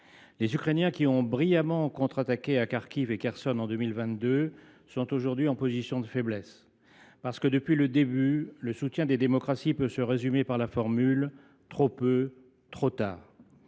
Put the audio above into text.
Les Ukrainiens, qui ont brillamment contre attaqué à Kharkiv et Kherson en 2022, sont aujourd’hui en position de faiblesse, parce que, depuis le début, le soutien des démocraties peut se résumer par une formule : trop peu, trop tard !